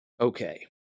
Okay